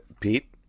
Pete